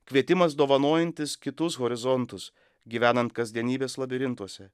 kvietimas dovanojantis kitus horizontus gyvenant kasdienybės labirintuose